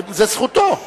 זו זכותו.